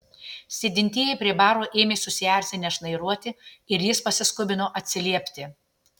sėdintieji prie baro ėmė susierzinę šnairuoti ir jis pasiskubino atsiliepti